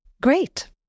Great